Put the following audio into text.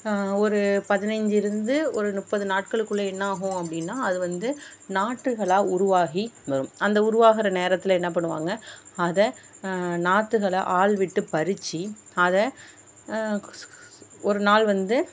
ஒரு பதினைஞ்சில் இருந்து ஒரு முப்பது நாட்களுக்குள்ளே என்னாகும் அப்படின்னா அது வந்து நாற்றுகளாக உருவாகி வரும் அந்த உருவாகிற நேரத்தில் என்ன பண்ணுவாங்க அதை நாற்றுகள ஆள் விட்டு பறித்து அதை ஒரு நாள் வந்து